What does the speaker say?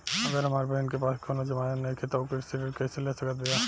अगर हमार बहिन के पास कउनों जमानत नइखें त उ कृषि ऋण कइसे ले सकत बिया?